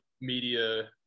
media